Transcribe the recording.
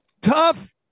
Tough